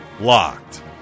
Locked